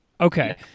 Okay